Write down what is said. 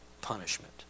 punishment